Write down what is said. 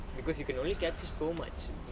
ya because you can only capture so much